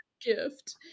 gift